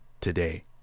today